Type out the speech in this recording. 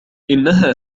إنها